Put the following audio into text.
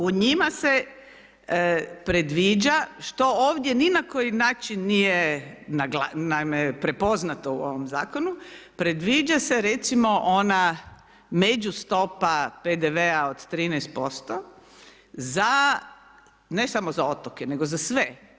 U njima se predviđa, što ovdje ni na koji način nije prepoznato u ovom zakonu, predviđa se, recimo, ona među stopa PDV-a od 13% za, ne samo za otoke, nego za sve.